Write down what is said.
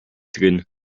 drin